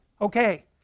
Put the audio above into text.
okay